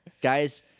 Guys